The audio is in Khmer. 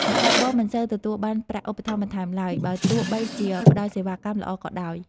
អ្នកបើកបរមិនសូវទទួលបានប្រាក់ឧបត្ថម្ភបន្ថែមឡើយ បើទោះបីជាផ្ដល់សេវាកម្មល្អក៏ដោយ។